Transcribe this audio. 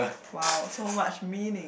!wow! so much meaning